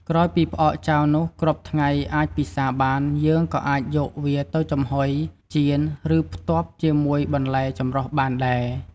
ក្រោយពីផ្អកចាវនោះគ្រប់ថ្ងៃអាចពិសាបាន យើងក៏អាចយកវាទៅចំហុយ ចៀន ឬ ផ្ទាប់ជាមួយបន្លែចម្រុះបានដែរ។